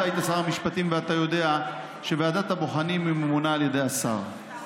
אתה היית שר המשפטים ואתה יודע שוועדת הבוחנים ממונה על ידי השר,